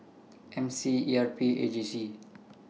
M C E R P and A J C